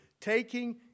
taking